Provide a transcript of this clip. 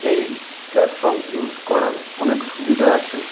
এই platform use করার অনেক সুবিধা আছে